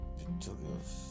victorious